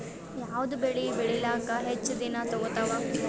ಯಾವದ ಬೆಳಿ ಬೇಳಿಲಾಕ ಹೆಚ್ಚ ದಿನಾ ತೋಗತ್ತಾವ?